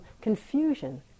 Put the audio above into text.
confusion